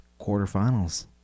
quarterfinals